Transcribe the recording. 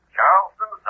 Charleston